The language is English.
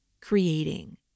Creating